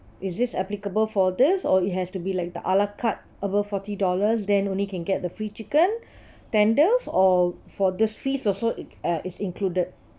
is this applicable for this or it has to be like the ala carte above forty dollars then only can get the free chicken tenders or for the feast also uh is included